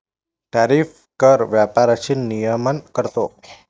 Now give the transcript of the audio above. tariff कर व्यापाराचे नियमन करतो